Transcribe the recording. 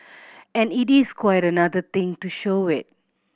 and it is quite another thing to show it